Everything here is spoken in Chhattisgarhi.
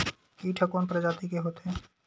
कीट ह कोन प्रजाति के होथे?